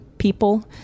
people